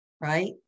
right